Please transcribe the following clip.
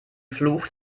fluch